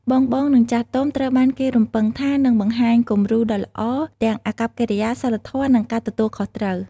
បងៗ និងចាស់ទុំត្រូវបានគេរំពឹងថានឹងបង្ហាញ គំរូដ៏ល្អ ទាំងអាកប្បកិរិយា សីលធម៌ និងការទទួលខុសត្រូវ។